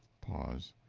pause.